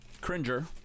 Cringer